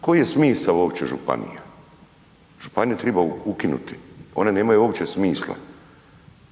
Koji je smisao uopće županija? Županije triba ukinuti, one nemaju uopće smisla.